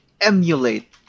emulate